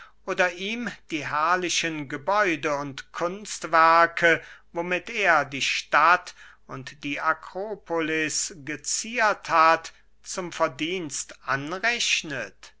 oder ihm die herrlichen gebäude und kunstwerke womit er die stadt und die akropolis geziert hat zum verdienst anrechnet